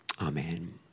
amen